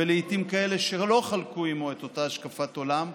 ולעיתים כאלה שלא חלקו עימו את אותה השקפת עולם,